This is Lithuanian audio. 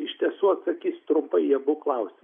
iš tiesų atsakysiu trumpai į abu klausimus